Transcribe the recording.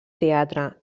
teatre